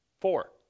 Four